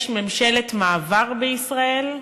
יש ממשלת מעבר בישראל,